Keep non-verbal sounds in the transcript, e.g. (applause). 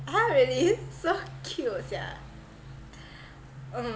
!huh! (laughs) really so cute sia um